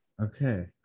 Okay